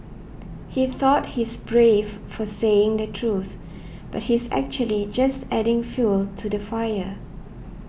he thought he's brave for saying the truth but he's actually just adding fuel to the fire